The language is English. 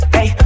Hey